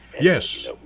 Yes